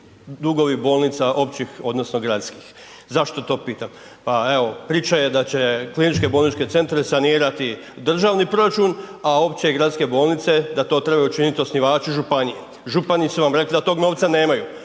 dugovi bolnica općih odnosno gradskih? Zašto to pitam? Pa evo, priča je da će kliničke bolničke centre sanirati državni proračun, a opće i gradske bolnice da to trebaju učinit osnivači županije, župani su rekli da tog novca nemaju,